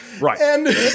Right